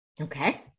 Okay